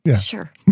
sure